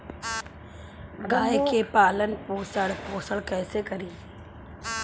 गाय के पालन पोषण पोषण कैसे करी?